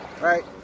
right